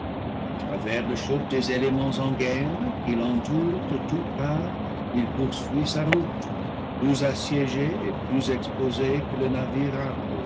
à travers le choc des éléments en guerre qui l'entourent de toutes parts il poursuit sa route plus assiégé et plus exposé que le navire